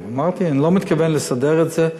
אמרתי, אני לא מתכוון לסדר את זה.